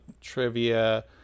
trivia